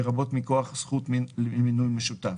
לרבות מכוח זכות למינוי משותף,